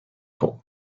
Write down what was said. for